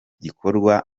gikorwa